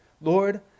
Lord